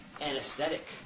anesthetic